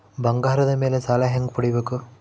ಬಂಗಾರದ ಮೇಲೆ ಸಾಲ ಹೆಂಗ ಪಡಿಬೇಕು?